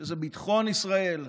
שהיא ביטחון ישראל,